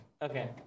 Okay